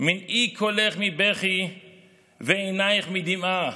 מנעי קולך מבכי ועיניך מדמעה